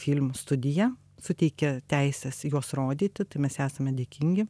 filmų studija suteikė teises juos rodyti tai mes esame dėkingi